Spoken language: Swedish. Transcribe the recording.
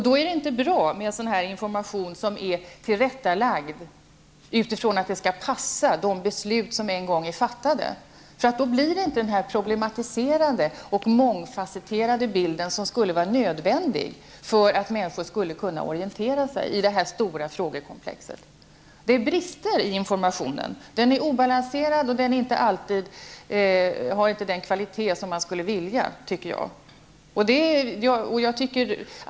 Då är det inte bra med en information som är tillrättalagd så att den skall passa de beslut som en gång är fattade. På det sättet får man inte den problematiserade och mångfacetterade bild som är nödvändig för att människor skall unna orientera sig i detta stora frågekomplex. Det är brister i informationen. Jag anser att den är obalanserad och att den inte alltid har den kvalitet som man skulle önska.